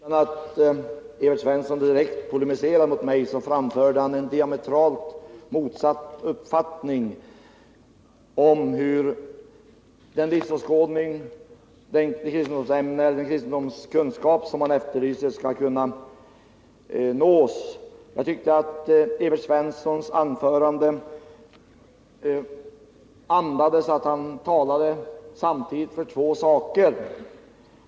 Herr talman! Utan att Evert Svensson direkt polemiserade mot mig framförde han en diametralt motsatt uppfattning till den jag har om hur den livsåskådning och den kristendomskunskap som han efterlyser skall kunna nås. Jag tyckte att Evert Svenssons anförande andades att han talade samtidigt för två saker.